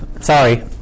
Sorry